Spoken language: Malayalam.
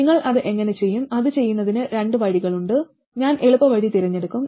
നിങ്ങൾ അത് എങ്ങനെ ചെയ്യും അത് ചെയ്യുന്നതിന് രണ്ട് വഴികളുണ്ട് ഞാൻ എളുപ്പവഴി തിരഞ്ഞെടുക്കും